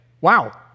wow